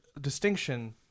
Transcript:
distinction